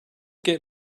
get